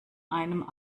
einem